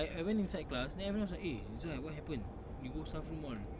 I I went inside class then everyone was like eh zai what happened you go staff room all